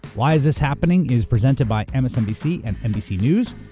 why is this happening? is presented by and msnbc and nbc news,